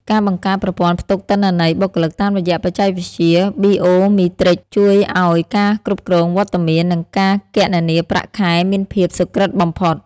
ការបង្កើតប្រព័ន្ធផ្ទុកទិន្នន័យបុគ្គលិកតាមរយៈបច្ចេកវិទ្យា Biometric ជួយឱ្យការគ្រប់គ្រងវត្តមាន និងការគណនាប្រាក់ខែមានភាពសុក្រឹតបំផុត។